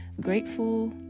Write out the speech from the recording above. grateful